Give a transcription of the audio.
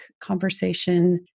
conversation